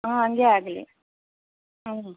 ಹ್ಞೂ ಹಾಗೆ ಆಗಲಿ ಹ್ಞೂ